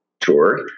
Tour